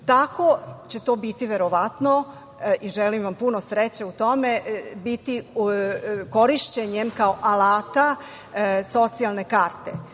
će to biti, verovatno, i želim vam puno sreće u tome, korišćenjem kao alata Socijalne karte.